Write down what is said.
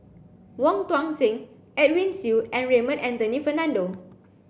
Wong Tuang Seng Edwin Siew and Raymond Anthony Fernando